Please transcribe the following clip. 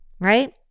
right